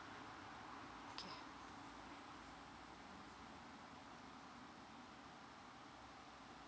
okay